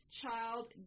child